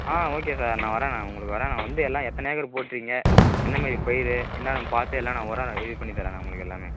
ஆ okay sir நான் வரேன் நான் உங்களுக்கு வரேன் நான் வந்து எல்லாம் எத்தனை ஏக்கர் போட்டிருக்கிங்க என்னமாதிரி பயிர் என்னென்னு பார்த்து எல்லாம் நான் உரம் ரெடி பண்ணி தரேன் நான் உங்களுக்கு எல்லாமே